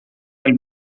del